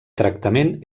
tractament